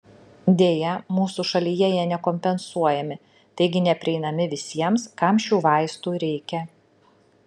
deja mūsų šalyje jie nekompensuojami taigi neprieinami visiems kam šių vaistų reikia